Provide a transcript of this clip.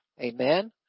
Amen